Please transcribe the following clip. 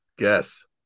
yes